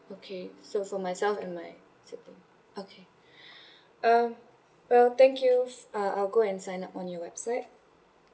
okay so for myself and my sibling okay um well thank you uh I'll go and sign up on your website